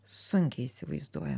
sunkiai įsivaizduoja